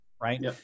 right